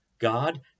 God